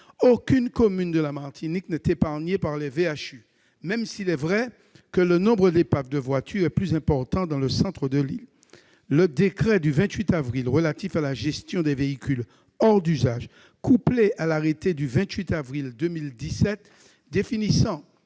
Aucune commune de la Martinique n'est épargnée par les VHU, même s'il est vrai que le nombre d'épaves de voiture est plus important dans le centre de l'île. Le décret du 28 avril 2017 relatif à la gestion des véhicules hors d'usage, couplé à l'arrêté du 28 avril 2017 définissant